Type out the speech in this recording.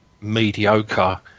mediocre